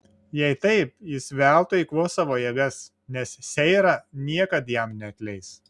jei taip jis veltui eikvos savo jėgas nes seira niekad jam neatleis